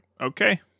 okay